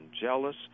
jealous